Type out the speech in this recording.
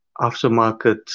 aftermarket